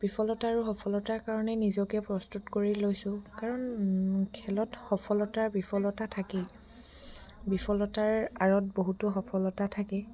বিফলতা আৰু সফলতাৰ কাৰণে নিজকে প্ৰস্তুত কৰি লৈছোঁ কাৰণ খেলত সফলতা বিফলতা থাকেই বিফলতাৰ আঁৰত বহুতো সফলতা থাকে